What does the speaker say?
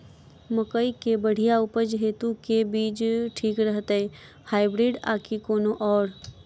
मकई केँ बढ़िया उपज हेतु केँ बीज ठीक रहतै, हाइब्रिड आ की कोनो आओर?